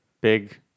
Big